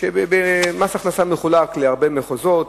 מס הכנסה מחולק למחוזות,